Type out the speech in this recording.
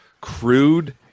crude